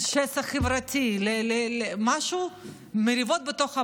לשסע חברתי, למריבות בתוך הבית.